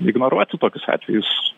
ignoruoti tokius atvejus